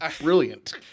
brilliant